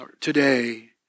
today